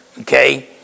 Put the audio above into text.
okay